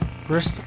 first